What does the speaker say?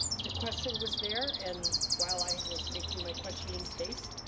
the question was there, and while i was making my questioning face,